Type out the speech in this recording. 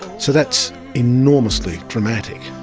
so that's enormously dramatic.